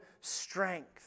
strength